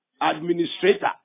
Administrator